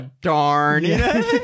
darn